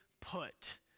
put